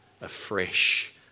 afresh